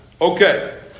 Okay